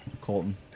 colton